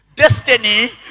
Destiny